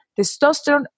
Testosterone